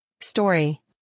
story